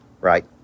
Right